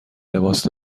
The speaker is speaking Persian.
لباس